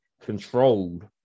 controlled